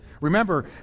Remember